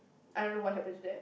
I don't know what happened to that